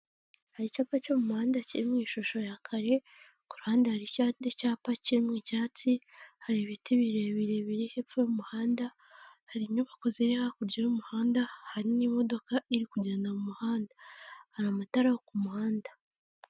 Hari icyapa cyo mu muhanda kiri mu ishusho ya kare, ku ruhande hari ikindi cyapa kiri mu cyatsi, hari ibiti birebire biri hepfo y'umuhanda, hari inyubako ziri hakurya y'umuhanda, hari n'imodoka iri kugenda mu muhanda. Hari amatara yo ku muhanda.